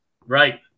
Right